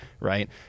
right